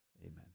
amen